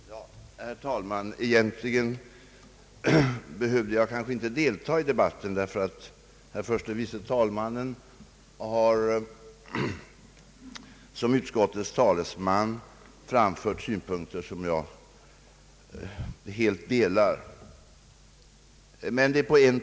Herr talman! Egentligen skulle jag inte behöva delta i debatten, därför att herr förste vice talmannen Strand så som utskottets talesman har framfört synpunkter som jag helt instämmer i.